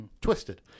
Twisted